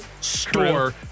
store